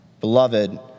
Beloved